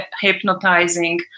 hypnotizing